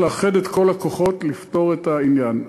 לאחד את כל הכוחות כדי לפתור את העניין.